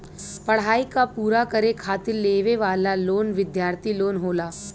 पढ़ाई क पूरा करे खातिर लेवे वाला लोन विद्यार्थी लोन होला